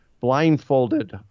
blindfolded